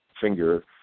finger